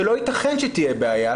שלא ייתכן שתהיה בעיה,